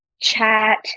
chat